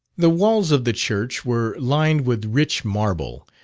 the walls of the church were lined with rich marble.